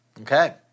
Okay